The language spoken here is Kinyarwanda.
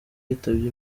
yitabye